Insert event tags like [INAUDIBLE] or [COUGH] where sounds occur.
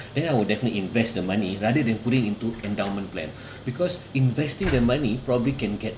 then I will definitely invest the money rather than put it into endowment plan [BREATH] because investing the money probably can get